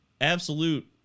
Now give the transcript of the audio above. absolute